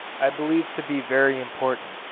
i believe to be very important,